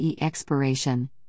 expiration